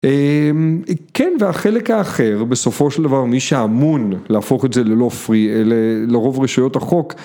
כן והחלק האחר בסופו של דבר מי שאמון להפוך את זה ל-law free אלה לרוב רשויות החוק